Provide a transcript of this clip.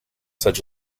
such